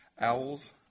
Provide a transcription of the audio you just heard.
owls